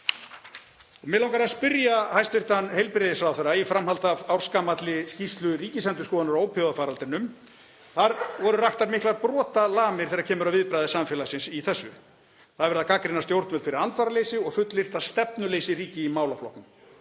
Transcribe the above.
Mig langar að spyrja hæstv. heilbrigðisráðherra í framhaldi af ársgamalli skýrslu Ríkisendurskoðunar á ópíóíðafaraldrinum. Þar voru raktar miklar brotalamir þegar kemur að viðbragði samfélagsins í þessu. Það er verið að gagnrýna stjórnvöld fyrir andvaraleysi og fullyrt að stefnuleysi ríki í málaflokknum.